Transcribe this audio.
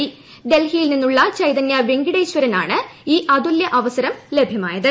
്ഡൽഹിയിൽ നിന്നുള്ള ചൈതന്യ വെങ്കിടേശ്വരൻ ആണ് ഈ അ്തു്ല്യ് അവസരം ലഭ്യമായത്